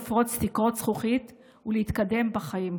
לפרוץ תקרות זכוכית ולהתקדם בחיים.